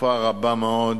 בתנופה רבה מאוד.